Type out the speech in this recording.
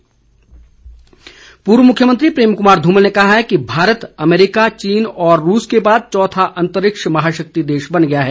धूमल पूर्व मुख्यमंत्री प्रेम कुमार धूमल ने कहा है कि भारत अमेरिका चीन और रूस के बाद चौथा अंतरिक्ष महाशक्ति देश बन गया है